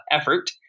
effort